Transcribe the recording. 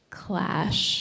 clash